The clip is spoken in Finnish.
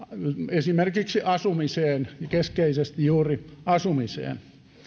esimerkiksi asumiseen keskeisesti juuri asumiseen